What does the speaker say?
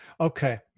Okay